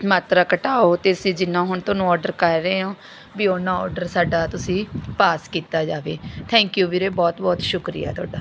ਮਾਤਰਾ ਘਟਾਓ ਅਤੇ ਅਸੀਂ ਜਿੰਨਾ ਹੁਣ ਤੁਹਾਨੂੰ ਓਰਡਰ ਕਰ ਰਹੇ ਹੋ ਵੀ ਓਨਾ ਓਰਡਰ ਸਾਡਾ ਤੁਸੀਂ ਪਾਸ ਕੀਤਾ ਜਾਵੇ ਥੈਂਕ ਯੂ ਵੀਰੇ ਬਹੁਤ ਬਹੁਤ ਸ਼ੁਕਰੀਆ ਤੁਹਾਡਾ